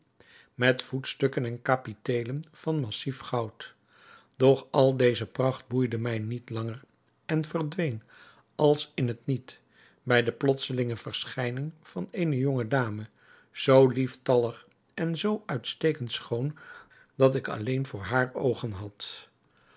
met voetstukken en kapiteelen van massief goud doch al deze pracht boeide mij niet langer en verdween als in het niet bij de plotselinge verschijning van eene jonge dame zoo lieftallig en zoo uitstekend schoon dat ik alleen voor haar oogen had